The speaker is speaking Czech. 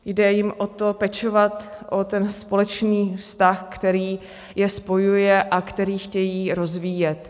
Jde jim o to, pečovat o ten společný vztah, který je spojuje a který chtějí rozvíjet.